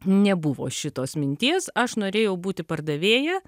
nebuvo šitos minties aš norėjau būti pardavėja